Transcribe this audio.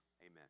Amen